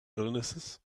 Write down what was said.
illnesses